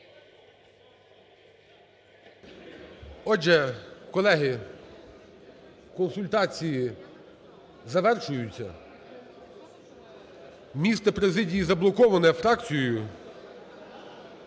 Отже, колеги, консультації завершуються. Місце президії заблоковане фракцією.